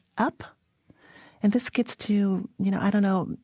up and this gets to, you know i don't know,